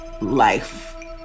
life